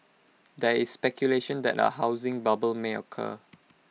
there is speculation that A housing bubble may occur